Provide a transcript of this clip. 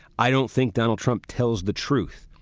i don't think donald trump tells the truth.